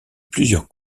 plusieurs